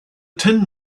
tin